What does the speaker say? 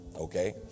okay